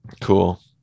Cool